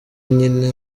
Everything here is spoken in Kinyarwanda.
nyine